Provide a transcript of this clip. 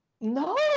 no